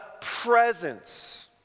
presence